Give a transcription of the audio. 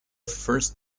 first